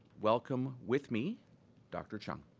welcome with me dr. cheung.